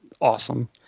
awesome